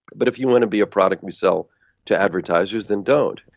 but if you want to be a product we sell to advertisers, then don't.